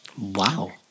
wow